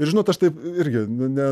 ir žinot aš taip irgi nu ne